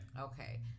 Okay